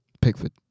Pickford